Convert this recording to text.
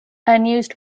unused